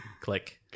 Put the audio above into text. Click